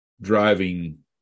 driving